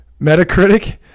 metacritic